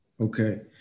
okay